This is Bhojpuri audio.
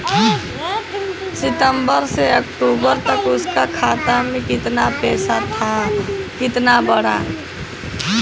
सितंबर से अक्टूबर तक उसका खाता में कीतना पेसा था और कीतना बड़ा?